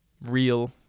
real